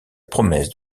promesse